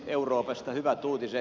euroopasta hyvät uutiset